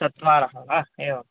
चत्वारः वा एवम्